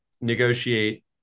negotiate